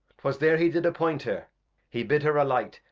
twas there he did appoint her he bid her alight,